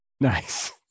Nice